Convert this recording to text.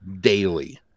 daily